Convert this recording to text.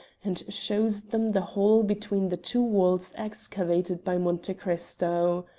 and shows them the hole between the two walls excavated by monte cristo.